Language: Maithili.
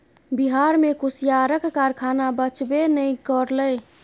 बिहार मे कुसियारक कारखाना बचबे नै करलै